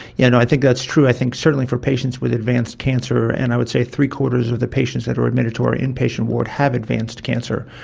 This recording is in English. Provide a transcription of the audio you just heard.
yeah and i think that's true. i think certainly for patients with advanced cancer, and i would say three-quarters of the patients that are admitted to our inpatient ward have advanced cancer,